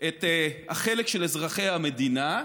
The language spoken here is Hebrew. את החלק של אזרחי המדינה,